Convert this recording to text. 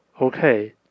Okay